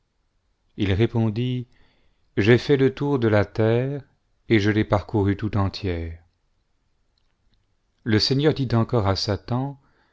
il répondit j'ai fait le tour de la terre et je l'ai parcourae tout entière le seigneur dit encore à satan